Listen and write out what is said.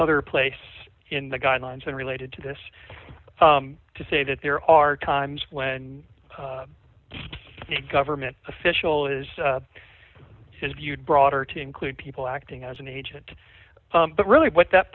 other place in the guidelines and related to this to say that there are times when a government official is as viewed broader to include people acting as an agent but really what that